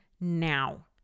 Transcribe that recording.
now